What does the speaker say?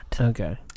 okay